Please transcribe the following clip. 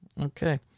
okay